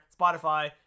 Spotify